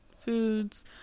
foods